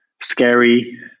scary